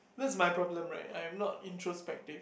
that's my problem right I'm not introspective